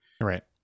Right